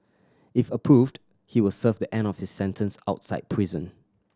if approved he will serve the end of his sentence outside prison